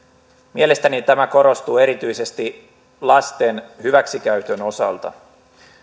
mielestäni tämä korostuu erityisesti lasten hyväksikäytön osalta